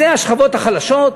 זה השכבות החלשות,